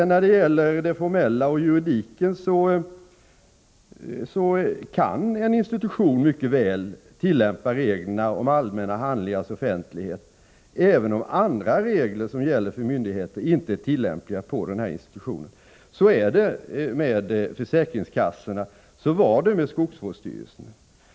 När det gäller det formella och juridiken, kan en institution mycket väl tillämpa reglerna om allmänna handlingars offentlighet även om andra regler som gäller för myndigheter inte är tillämpliga på denna institution. Så är det med försäkringskassorna; så var det med skogsvårdsstyrelsen.